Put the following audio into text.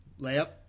layup